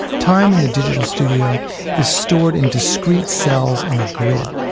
time in the digital studio is stored in discrete cells on a grid,